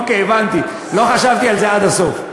אוקיי, הבנתי, לא חשבתי על זה עד הסוף.